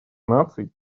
наций